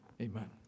Amen